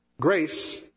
Grace